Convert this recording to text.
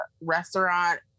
restaurant